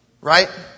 right